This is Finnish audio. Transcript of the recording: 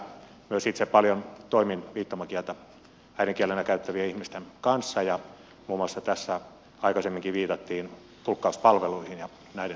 myös itse toimin paljon viittomakieltä äidinkielenä käyttävien ihmisten kanssa ja muun muassa tässä aikaisemminkin viitattiin tulkkauspalveluihin ja niiden saatavuuteen